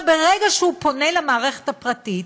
ברגע שהוא פונה למערכת הפרטית,